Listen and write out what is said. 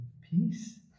peace